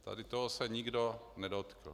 Tady toho se nikdo nedotkl.